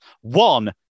one